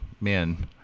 men